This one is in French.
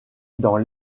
dans